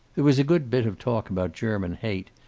there was a good bit of talk about german hate,